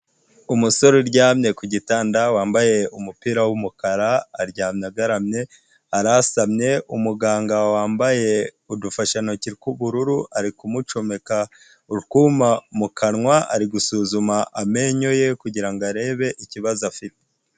Umusore uryamye ku gitanda, wambaye umupira w'umukara, aryamye agaramye, arasamye, umuganga wambaye udufantoki tw'ubururu, ari kumucomeka arwuma mu kanwa, ari gusuzuma amenyo ye kugira ngo arebe ikibazo afite.